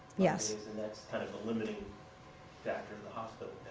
yes. and that's kind of a limiting factor of the hospital